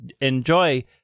enjoy